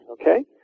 okay